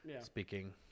speaking